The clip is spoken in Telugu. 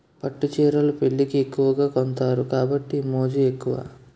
పట్టు చీరలు పెళ్లికి ఎక్కువగా కొంతారు కాబట్టి మోజు ఎక్కువ